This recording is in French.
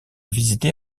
visités